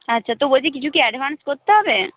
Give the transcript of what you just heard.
আচ্ছা তো বলছি কিছু কি অ্যাডভান্স করতে হবে